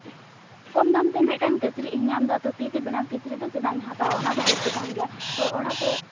ᱠᱚᱢ ᱫᱟᱢᱛᱮ ᱢᱤᱫᱴᱮᱱ ᱠᱤᱪᱨᱤᱡᱽ ᱤᱧ ᱧᱟᱢ ᱮᱫᱟ ᱛᱚ ᱛᱤᱛᱮ ᱵᱮᱱᱟᱣ ᱠᱤᱪᱨᱤᱡᱽ ᱫᱚ ᱪᱮᱫᱟᱜ ᱤᱧ ᱦᱟᱛᱟᱣᱟ ᱚᱱᱟᱫᱚ ᱵᱤᱥᱤ ᱫᱟᱢ ᱜᱮᱭᱟ ᱛᱚ ᱚᱱᱟᱛᱮ